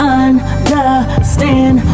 understand